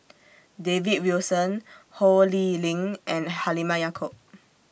David Wilson Ho Lee Ling and Halimah Yacob